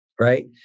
Right